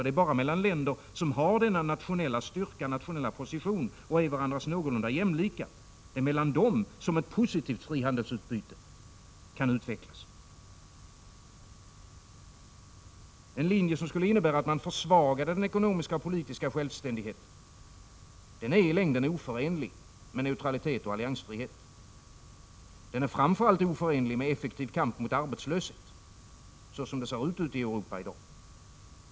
Det är bara mellan länder som har denna nationella styrkeposition och är varandra någorlunda jämlika som ett positivt frihandelsutbyte kan utvecklas. En linje som skulle innebära att man försvagar den ekonomiska och politiska självständigheten är i längden oförenlig med neutralitet och alliansfrihet. Den är framför allt oförenlig med en effektiv kamp mot arbetslöshet, så som det ser ut ute i Europa i dag.